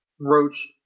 Roach